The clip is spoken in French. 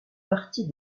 partie